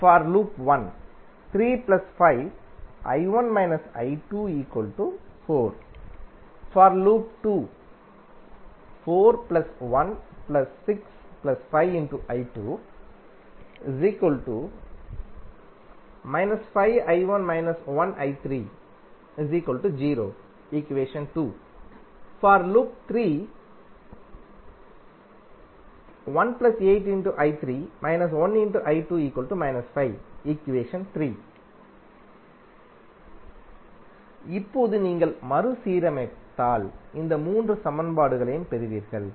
For loop 1 3 5I1 − I2 4 For loop 2 4 1 6 5I2 − I1 − I3 0 For loop 3 1 8I3 − I2 −5 இப்போது நீங்கள் மறுசீரமைத்தால் இந்த 3 சமன்பாடுகளையும் பெறுவீர்கள்